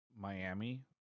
Miami